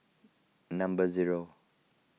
number zero